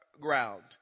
ground